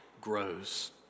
grows